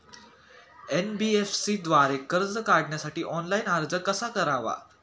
NBFC द्वारे कर्ज काढण्यासाठी ऑनलाइन अर्ज कसा करावा?